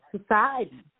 society